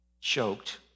choked